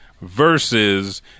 versus